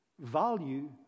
Value